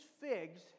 figs